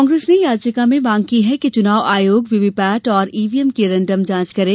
कांग्रेस ने याचिका में मांग की है कि चुनाव आयोग वीवीपेट और ईवीएम की रेन्डम जांच करे